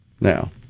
now